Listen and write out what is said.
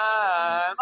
time